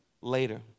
later